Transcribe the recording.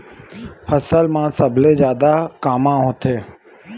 फसल मा सबले जादा कामा होथे?